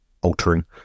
altering